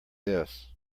this